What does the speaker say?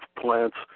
plants